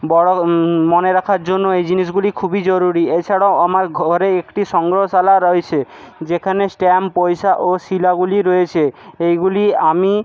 বড়ো মনে রাখার জন্য এই জিনিসগুলি খুবই জরুরি এছাড়াও আমার ঘরে একটি সংগ্রহশালা রয়েছে যেখানে স্ট্যাম্প পয়সা ও শিলাগুলি রয়েছে এইগুলি আমি